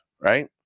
right